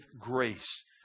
grace